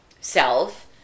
self